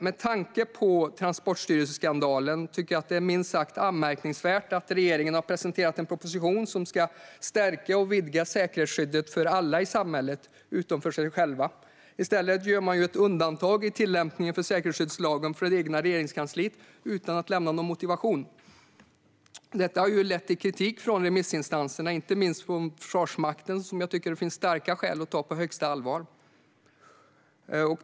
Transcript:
Med tanke på skandalen på Transsportstyrelsen tycker jag att det är minst sagt anmärkningsvärt att regeringen har presenterat en proposition som ska stärka och vidga säkerhetsskyddet för alla i samhället utom för sig själv. I stället gör man ett undantag i tillämpningen för säkerhetsskyddslagen för det egna regeringskansliet utan att lämna någon motivering. Detta har lett till kritik från remissinstanserna, inte minst från Försvarsmakten, som jag tycker att det finns starka skäl att ta på största allvar.